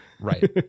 Right